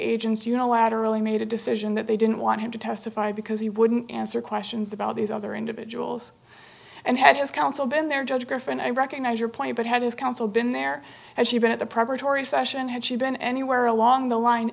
agents unilaterally made a decision that they didn't want him to testify because he wouldn't answer questions about these other individuals and had his counsel been there judge griffin i recognize your point but had his counsel been there as you've been at the preparatory session had she been anywhere along the line